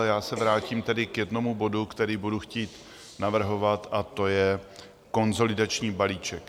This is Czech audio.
Já se vrátím tedy k jednomu bodu, který budu chtít navrhovat, a to je Konsolidační balíček.